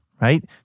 right